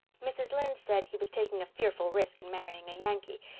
mrs. lynde said he was taking a fearful risk in marrying a yankee,